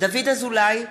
דוד אזולאי,